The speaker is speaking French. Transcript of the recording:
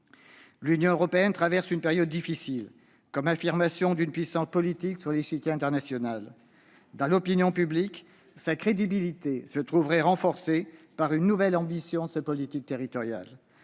L'Union européenne traverse une période difficile dans l'affirmation de sa puissance politique sur l'échiquier international. Dans l'opinion publique, sa crédibilité se trouverait renforcée par une nouvelle ambition de sa politique territoriale.